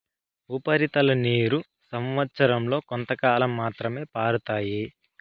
ఉపరితల నీరు సంవచ్చరం లో కొంతకాలం మాత్రమే పారుతాయి